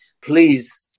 please